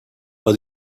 but